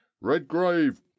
redgrave